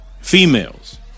females